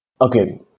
Okay